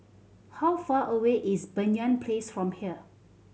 how far away is Banyan Place from here